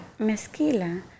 Mezquila